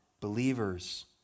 believers